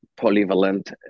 polyvalent